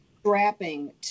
strapping